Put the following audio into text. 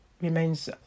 remains